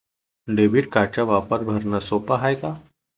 Debit कार्डचा वापर भरनं सोप हाय का?